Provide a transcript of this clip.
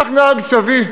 כך נהג סבי,